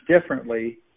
differently